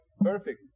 Perfect